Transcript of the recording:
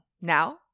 Now